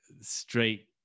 straight